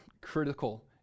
critical